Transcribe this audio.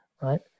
right